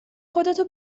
خودتو